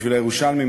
בשביל הירושלמים,